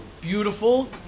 beautiful